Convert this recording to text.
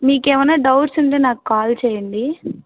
మీకేమైనా డౌట్సు ఉంటే నాకు కాల్ చెయ్యండి